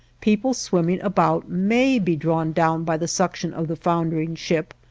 people swimming about may be drawn down by the suction of the foundering ship,